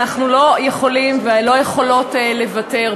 אנחנו לא יכולים ולא יכולות לוותר.